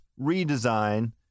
redesign